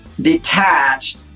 detached